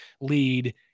lead